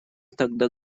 тогда